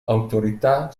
autorità